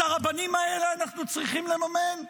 את הרבנים האלה אנחנו צריכים לממן?